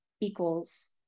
equals